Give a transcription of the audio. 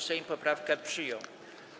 Sejm poprawkę przyjął.